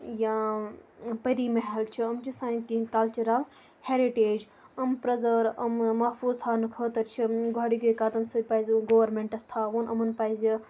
یا پری محل چھُ یِم چھِ سانہِ کِن کَلچَرَل ہٮ۪رِٹیج یِم پِرٛزٲرٕو یِم محفوٗظ تھاونہٕ خٲطرٕ چھِ پَزِ گورمنٹَس تھاوُن یِمَن پَزِ